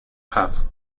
half